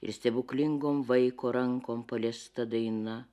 ir stebuklingom vaiko rankom paliesta daina